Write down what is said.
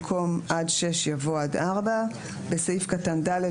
במקום "עד (6)" יבוא "עד (4)"; (3)בסעיף קטן (ד),